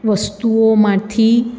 વસ્તુઓમાંથી